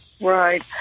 Right